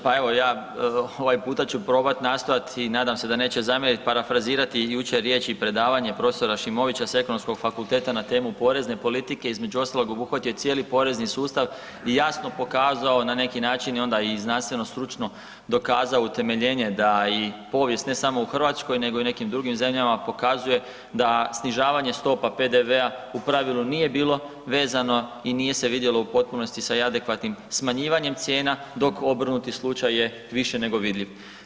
Pa evo ja ovaj puta ću probat nastojat i nadam se da neće zamjerit, parafrazirat jučer riječi i predavanje prof. Šimovića sa Ekonomskom fakulteta na temu porezne politike, između ostaloga obuhvatio je cijeli porezni sustav i jasno pokazao na neki način i onda znanstveno, stručno dokazao utemeljenje da i povijest ne samo u Hrvatskoj nego i nekim drugim zemljama, pokazuje da snižavanje stopa PDV-a u pravilu nije bilo vezano i nije se vidjelo u potpunosti sa adekvatnim smanjivanjem cijena dok obrnuti slučaj je više nego vidljiv.